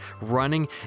running